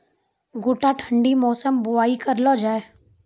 गोटा ठंडी मौसम बुवाई करऽ लो जा?